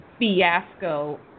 Fiasco